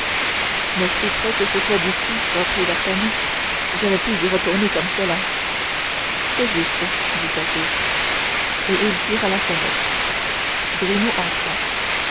mais si près que ce soit d'ici reprit d'artagnan je ne puis y retourner comme cela c'est juste dit athos et il tira la sonnette grimaud entra